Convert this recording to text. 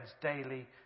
daily